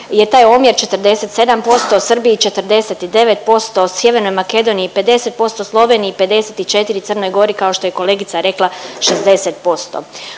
je taj omjer 47%, Srbiji 49%, Sjevernoj Makedoniji 50%, Sloveniji 54, Crnoj Gori kao što je kolegica rekla 60%.